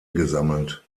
gesammelt